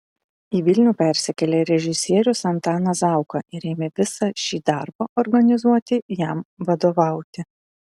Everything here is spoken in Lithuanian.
į vilnių persikėlė režisierius antanas zauka ir ėmė visą šį darbą organizuoti jam vadovauti